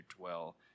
dwell